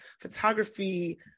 photography